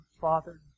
Father